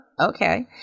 Okay